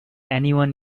anyone